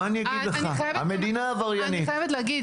אני חייבת להגיד.